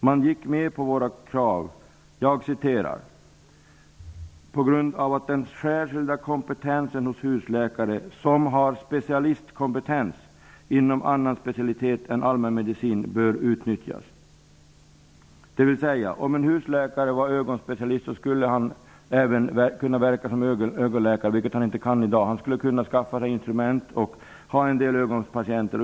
Man gick med på våra krav på grund av att ''den särskilda kompetensen hos husläkare som har specialistkompetens inom annan specialitet än allmänmedicin bör utnyttjas'', dvs. om en husläkare var ögonspecialist skulle han även kunna verka som ögonläkare, vilket han inte kan i dag. Han skulle kunna skaffa sig instrument och ha en del ögonpatienter.